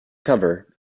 cover